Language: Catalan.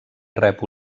rep